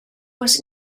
was